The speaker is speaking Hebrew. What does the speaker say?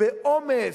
בעומס,